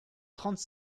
trente